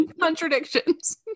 Contradictions